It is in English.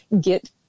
get